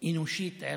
אנושית-ערכית.